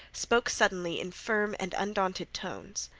spoke suddenly in firm and undaunted tones.